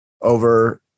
over